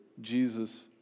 Jesus